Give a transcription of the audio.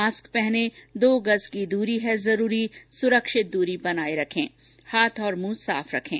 mask पहनें दो गज़ की दूरी है जरूरी सुरक्षित दूरी बनाए रखें हाथ और मुंह साफ रखें